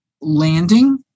Landing